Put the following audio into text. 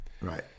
right